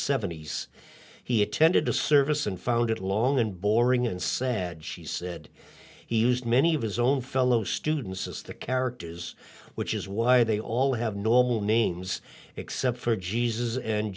seventy s he attended a service and found it long and boring and sad she said he used many of his own fellow students as the characters which is why they all have normal names except for jesus and